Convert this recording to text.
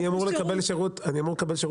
אני אמור לקבל שירות טוב,